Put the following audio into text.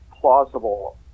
plausible